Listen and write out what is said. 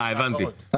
אה, הבנתי.